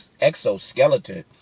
exoskeleton